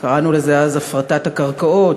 קראנו לזה אז הפרטת הקרקעות,